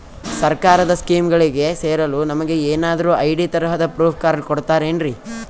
ಸರ್ಕಾರದ ಸ್ಕೀಮ್ಗಳಿಗೆ ಸೇರಲು ನಮಗೆ ಏನಾದ್ರು ಐ.ಡಿ ತರಹದ ಪ್ರೂಫ್ ಕಾರ್ಡ್ ಕೊಡುತ್ತಾರೆನ್ರಿ?